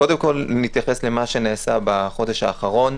קודם כול נתייחס למה שנעשה בחודש האחרון,